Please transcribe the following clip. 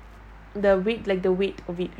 the weight like the weight of it